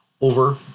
over